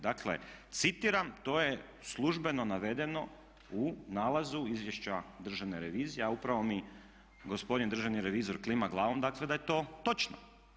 Dakle citiram to je službeno navedeno u nalazu Izvješća Državne revizije, a upravo mi gospodin državni revizor klima glavom dakle da je to točno.